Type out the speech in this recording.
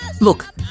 Look